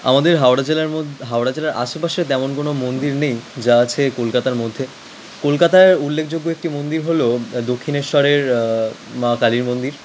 আমাদের হাওড়া জেলার মোদ হাওড়া জেলার আশেপাশে তেমন কোনও মন্দির নেই যা আছে কলকাতার মধ্যে কলকাতায় উল্লেখযোগ্য একটি মন্দির হল দক্ষিণেশ্বরের মা কালীর মন্দির